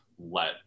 Let